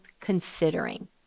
considering